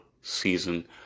season